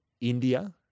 India